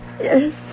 Yes